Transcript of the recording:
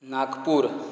Nagpur